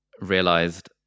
realized